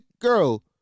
girl